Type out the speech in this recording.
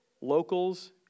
locals